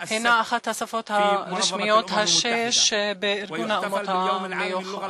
היא אחת השפות הרשמיות שבארגון האומות המאוחדות,